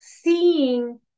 seeing